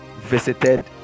visited